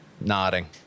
nodding